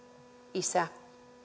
isä